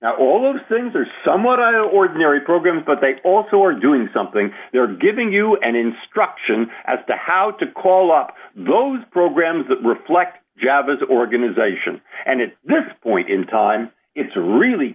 now all those things are somewhat ordinary programs but they also are doing something they are giving you an instruction as to how to call up those programs that reflect jabbers organisation and at this point in time it's a really